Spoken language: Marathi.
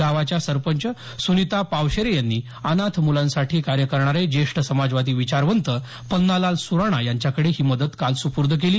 गावाच्या सरपंच सुनिता पावशेरे यांनी अनाथ मुलांसाठी कार्य करणारे ज्येष्ठ समाजवादी विचारवंत पन्नालाल सुराणा यांच्याकडे ही मदत काल सुपुर्द केली